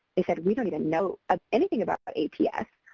they said we don't even know ah anything about aps.